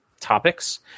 topics